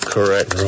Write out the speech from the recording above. Correct